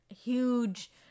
huge